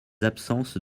absences